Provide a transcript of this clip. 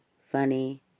funny